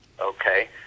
okay